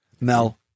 Mel